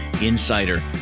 Insider